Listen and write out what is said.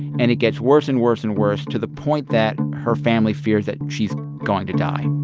and it gets worse and worse and worse to the point that her family fears that she's going to die.